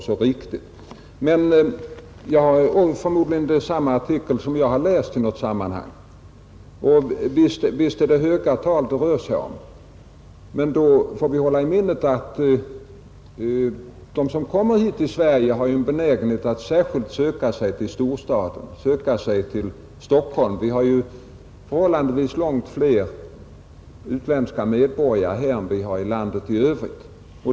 Den artikel som herr Oskarson talade om är förmodligen densamma som jag själv har läst vid något tillfälle, och visst är det höga tal som där förekommer. Men då skall vi också hålla i minnet att de utlänningar som kommer hit till Sverige har en benägenhet att söka sig till storstaden, till Stockholm. Vi har förhållandevis långt fler utländska medborgare här i staden än i landet i övrigt.